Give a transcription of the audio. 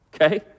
okay